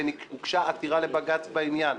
והוגשה עתירה לבג"ץ בעניין.